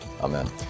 Amen